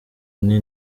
nti